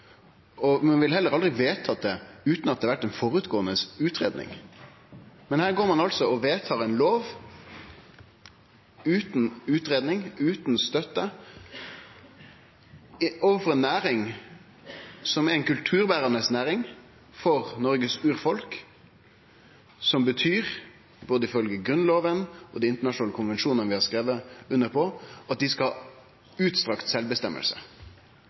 det. Ein ville heller aldri ha vedtatt det utan at det hadde vore ei føregåande utgreiing. Men her går ein altså og vedtar ei lov utan utgreiing, utan støtte, overfor ei næring som er ei kulturberande næring for Noregs urfolk, som betyr, både ifølgje Grunnlova og dei internasjonale konvensjonane vi har skrive under på, at dei skal ha utstrekt